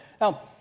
Now